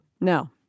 No